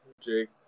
Jake